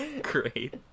great